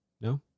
No